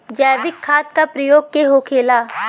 जैविक खाद का प्रकार के होखे ला?